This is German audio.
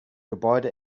gebäude